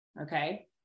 okay